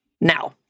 Now